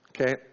Okay